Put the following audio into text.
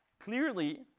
clearly,